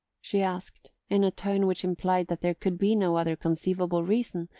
she asked, in a tone which implied that there could be no other conceivable reason,